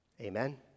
Amen